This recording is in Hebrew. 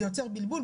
זה יוצר בלבול,